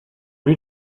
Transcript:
lui